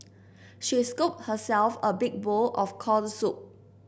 she scooped herself a big bowl of corn soup